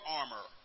armor